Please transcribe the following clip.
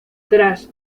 tras